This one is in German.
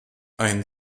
ein